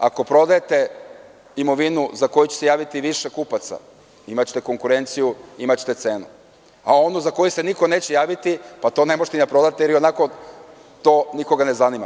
Ako prodajete imovinu za koju će se javiti više kupaca, imaćete konkurenciju, imaćete cenu, a onu za koju se niko neće javiti, to ne možete ni da prodate, jer i onako to nikoga ne zanima.